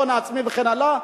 הון עצמי וכן הלאה,